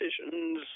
decisions